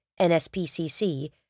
NSPCC